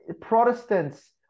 protestants